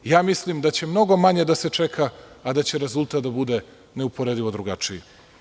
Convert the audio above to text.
Mislim da će mnogo manje da se čeka, a da će rezultat da bude neuporedivo drugačiji.